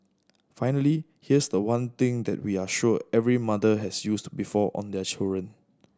finally here's the one thing that we are sure every mother has used before on their children